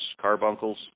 carbuncles